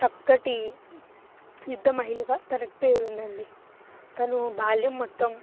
చక్కటి యుద్ధమహిళగా తనకి పేరుందండి తను బాల్యం మొత్తం